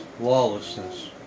lawlessness